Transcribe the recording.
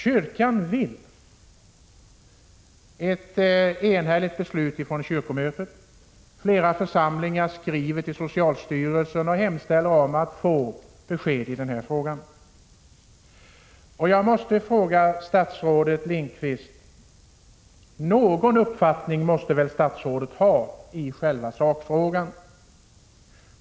Kyrkan vill, enligt ett enhälligt beslut från kyrkomötet, få besked i denna fråga, och flera församlingar har skrivit till socialstyrelsen och hemställt om ett sådant besked. Jag måste fråga statsrådet Lindqvist: Någon uppfattning måste väl statsrådet ha i själva sakfrågan?